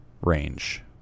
range